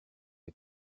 ont